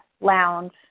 lounge